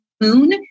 moon